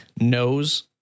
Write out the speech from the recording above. knows